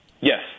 Yes